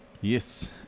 Yes